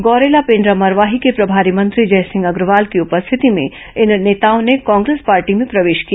गौरेला पेण्ड़ा मरवाही के प्रभारी मंत्री जयसिंह अग्रवाल की उपस्थिति में इन नेताओं ने कांग्रेस पार्टी में प्रवेश किया